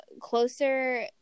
closer